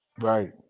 Right